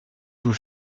vous